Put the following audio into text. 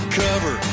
cover